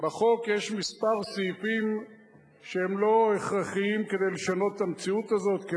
בחוק יש כמה סעיפים שהם לא הכרחיים כדי לשנות את המציאות הזאת,